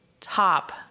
top